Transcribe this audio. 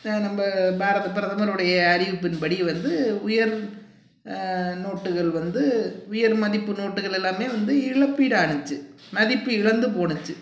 இதை நம் பாரத பிரதமருடைய அறிவிப்பின்படி வந்து உயர் நோட்டுகள் வந்து உயர் மதிப்பு நோட்டுகள் எல்லாமே வந்து இழப்பீடானுச்சு மதிப்பு இழந்து போணுச்சு